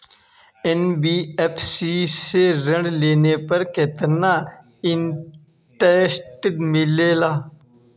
NBFC से ऋण लेने पर केतना इंटरेस्ट मिलेला?